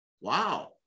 wow